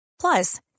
Plus